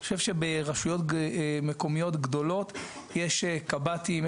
אני חושב שברשויות מקומיות גדולות יש קב"טים,